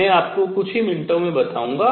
मैं आपको कुछ ही मिनटों में बताऊंगा